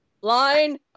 Line